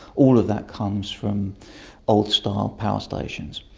all of that comes from old style power stations.